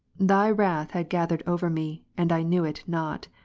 thy wrath had gathered over me, and i knew it not.